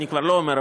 אני כבר לא אומר,